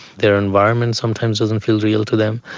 their environment sometimes doesn't feel real to them.